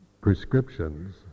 prescriptions